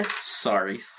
Sorry